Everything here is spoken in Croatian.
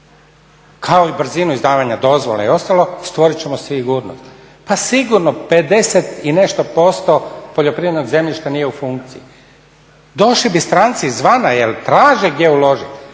kao i brzinu izdavanja dozvole i ostalog stvorit ćemo sigurnost. Pa sigurno 50 i nešto posto poljoprivrednog zemljišta nije u funkciji. Došli bi stranci izvana jer traže gdje uložiti